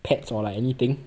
pets or like anything